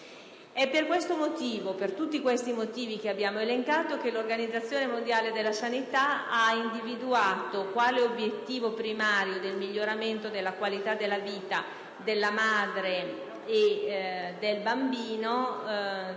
essere assistite. È per tutti questi motivi elencati che l'Organizzazione mondiale della sanità ha individuato quale obiettivo primario del miglioramento della qualità della vita della madre e del bambino